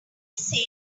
say